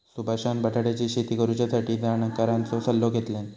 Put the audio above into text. सुभाषान बटाट्याची शेती करुच्यासाठी जाणकारांचो सल्लो घेतल्यान